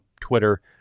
Twitter